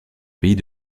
pays